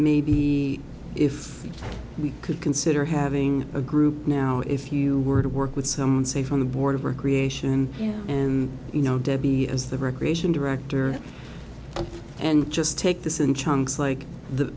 maybe if we could consider having a group now if you were to work with someone safe on the board of recreation and you know debbie as the recreation director and just take this in chunks like the